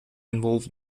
involved